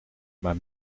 maar